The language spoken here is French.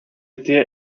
été